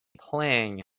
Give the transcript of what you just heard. playing